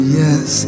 yes